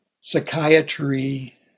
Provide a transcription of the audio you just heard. psychiatry